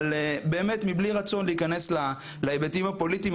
באמת מבלי רצון להיכנס להיבטים הפוליטיים,